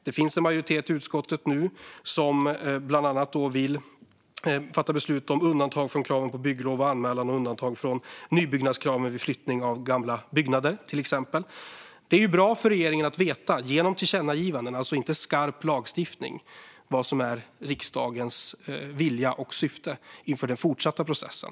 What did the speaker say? Det finns nu en majoritet i utskottet som bland annat vill fatta beslut om undantag från kraven på bygglov och anmälan och undantag från nybyggnadskraven vid flyttning av till exempel gamla byggnader. Det är bra för regeringen att genom tillkännagivanden, alltså inte skarp lagstiftning, få veta vad som är riksdagens vilja och syfte inför den fortsatta processen.